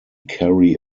carry